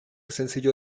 sencillo